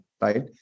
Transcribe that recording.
right